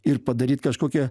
ir padaryt kažkokią